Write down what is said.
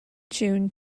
june